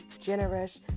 generous